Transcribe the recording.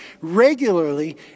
regularly